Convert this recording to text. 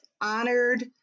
honored